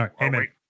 amen